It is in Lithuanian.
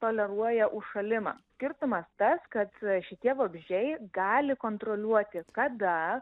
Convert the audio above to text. toleruoja užšalimą skirtumas tas kad šitie vabzdžiai gali kontroliuoti kada